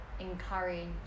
encourage